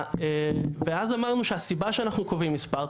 ואז אמרנו שהסיבה שאנחנו קובעים מספר,